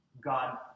God